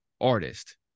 artist